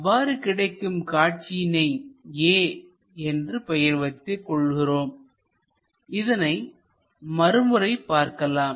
அவ்வாறு கிடைக்கும் காட்சியினை a என்று பெயர் வைத்துக் கொள்கிறோம் இதனை மறுமுறை பார்க்கலாம்